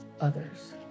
others